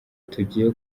tugiye